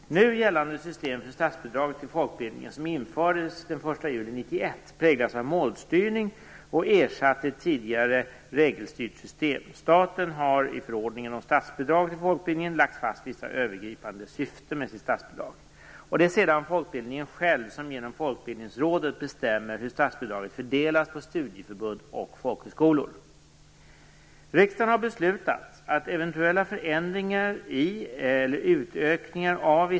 Nu gällande system för statsbidrag till folkbildningen, som infördes den 1 juli 1991, präglas av målstyrning och ersatte ett tidigare regelstyrt system. Staten har i förordningen om statsbidrag till folkbildningen lagt fast vissa övergripande syften med sitt statsbidrag. Det är sedan folkbildningen själv som genom Folkbildningsrådet bestämmer hur statsbidraget fördelas på studieförbund och folkhögskolor.